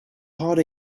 harder